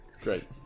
Great